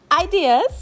ideas